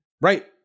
right